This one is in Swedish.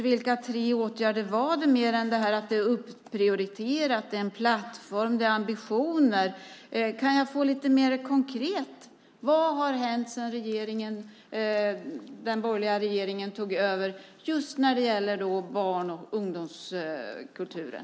Vilka tre åtgärder var det fråga om utöver det här med upprioriterat, en plattform och ambitioner? Kan jag lite mer konkret få höra vad som har hänt sedan den borgerliga regeringen tog över just när det gäller barn och ungdomskulturen?